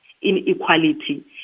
inequality